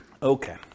Okay